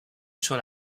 sur